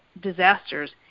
disasters